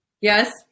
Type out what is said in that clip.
Yes